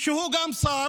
שהוא גם שר